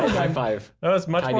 high-five, that's much